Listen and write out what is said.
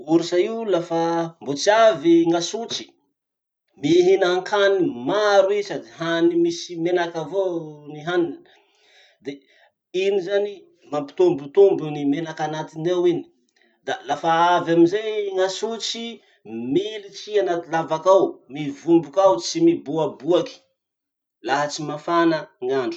Ours io lafa mbo tsy avy gn'asotry, mihinan-kany maro i sady hany misy menaky avao ny haniny. De iny zany mampitombotombo ny menaky anatiny ao ka lafa avy amizay ny asotry, militsy i anaty lavaky ao, mivomboky ao, tsy miboaboaky laha tsy mafana gn'andro.